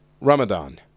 Ramadan